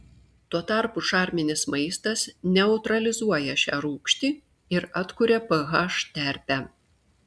tuo tarpu šarminis maistas neutralizuoja šią rūgštį ir atkuria ph terpę